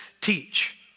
teach